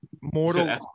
Mortal